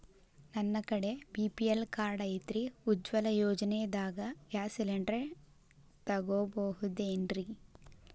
ನನ್ನ ಕಡೆ BPL card ಐತ್ರಿ, ಉಜ್ವಲಾ ಯೋಜನೆದಾಗ ಗ್ಯಾಸ್ ಸಿಲಿಂಡರ್ ತೊಗೋಬಹುದೇನ್ರಿ?